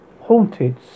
Haunted